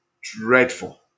dreadful